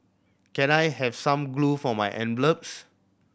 can I have some glue for my envelopes